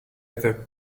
ever